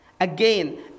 again